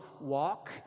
Walk